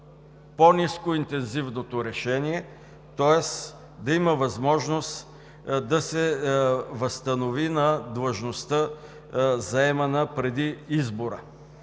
по-ниско интензивното решение, тоест да има възможност да се възстанови на длъжността, заемана преди избора,